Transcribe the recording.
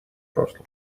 прошлом